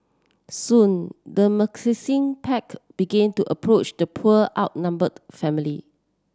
soon the pack began to approach the poor outnumbered family